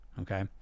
okay